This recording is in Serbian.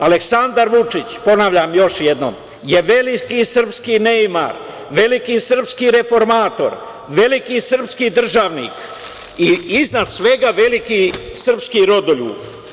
Aleksandar Vučić, ponavljam još jednom, je veliki srpski neimar, veliki srpski reformator, veliki srpski državnik i iznad svega veliki srpski rodoljub.